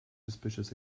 suspicious